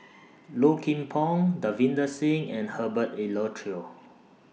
Low Kim Pong Davinder Singh and Herbert Eleuterio